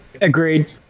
Agreed